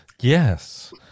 Yes